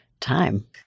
time